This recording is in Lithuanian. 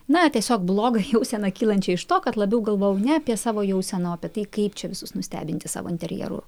na tiesiog bloga jauseną kylančią iš to kad labiau galvojau ne apie savo jauseną o apie tai kaip čia visus nustebinti savo interjeru